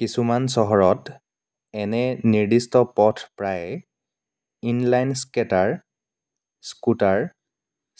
কিছুমান চহৰত এনে নিৰ্দিষ্ট পথ প্ৰায়ে ইন লাইন স্কেটাৰ স্কুটাৰ